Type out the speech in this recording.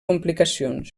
complicacions